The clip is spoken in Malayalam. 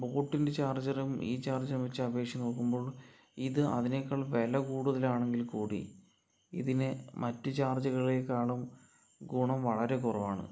ബോട്ടിൻ്റെ ചാർജറും ഈ ചാർജറും വെച്ച് അപേക്ഷിച്ച് നോക്കുമ്പോൾ ഇത് അതിനേക്കാൾ വില കൂടുതലാണെങ്കിൽ കൂടി ഇതിനെ മറ്റു ചാർജുകളെക്കാളും ഗുണം വളരെ കുറവാണ്